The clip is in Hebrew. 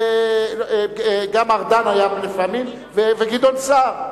וגם ארדן היה לפעמים, וגדעון סער.